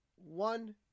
one